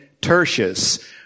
Tertius